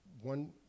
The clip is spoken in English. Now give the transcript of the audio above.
one